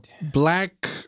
black